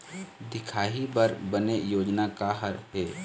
दिखाही बर बने योजना का हर हे?